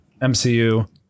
MCU